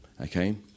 okay